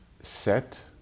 set